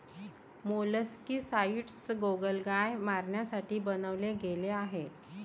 molluscicides गोगलगाय मारण्यासाठी बनवले गेले आहे